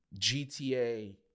GTA